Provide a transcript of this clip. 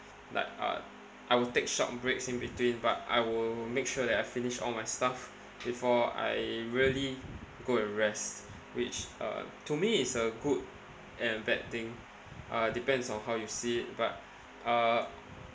like uh I will take short breaks in between but I will make sure that I finish all my stuff before I really go and rest which uh to me is a good and bad thing uh depends on how you see it but uh